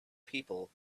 people